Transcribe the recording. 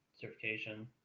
Certification